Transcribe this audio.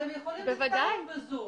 הם יכולים להצטרף ב-זום.